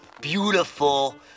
beautiful